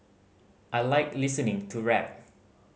I like listening to rap